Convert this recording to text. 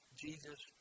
Jesus